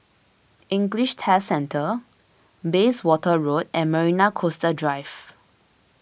English Test Centre Bayswater Road and Marina Coastal Drive